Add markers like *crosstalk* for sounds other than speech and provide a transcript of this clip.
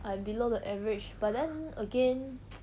I'm below the average but then again *noise*